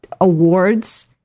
awards